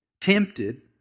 tempted